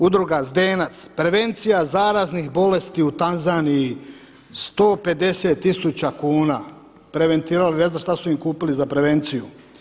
Udruga Zdenac „Prevencija zaraznih bolesti u Tanzaniji“ 150 tisuća kuna, prevenirali ne znam šta su im kupili za prevenciju.